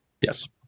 Yes